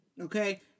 Okay